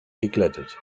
geglättet